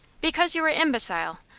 because you are imbecile.